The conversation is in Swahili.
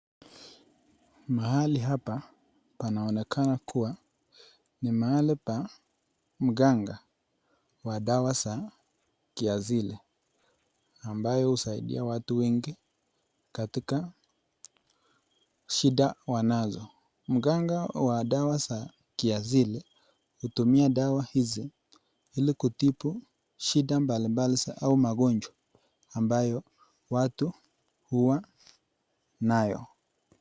Mahali hapa panaonekana ni mahali pa mganga wa kiasili ambayo husaidia watu wengi katika shida wanazo. Mganga wa dawa za kiasili hutumia dawa hizi ilikutibu shida mbali mbali au magonjwa ambayo watu huwa nayo.